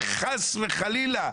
זה חס וחלילה,